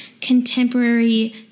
contemporary